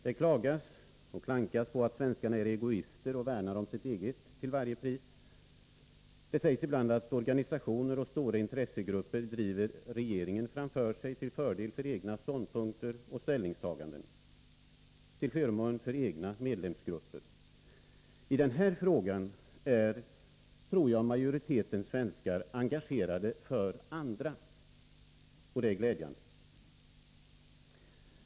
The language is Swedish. Det klagas och klankas på att svenskarna är egoister och värnar om sitt eget till varje pris. Det sägs ibland att organisationer och stora intressegrupper driver regeringen framför sig, till förmån för egna ståndpunkter och ställningstaganden, till förmån för egna medlemsgrupper. I den här frågan tror jag att majoriteten svenskar är engagerade för andra — och det är glädjande.